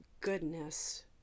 goodness